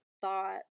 thought